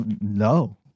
No